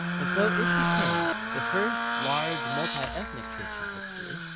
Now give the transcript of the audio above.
and so it, became the first large multi-ethnic church in history.